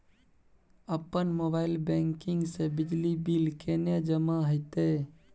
अपन mobile banking से बिजली बिल केने जमा हेते?